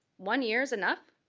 one year is enough?